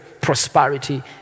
prosperity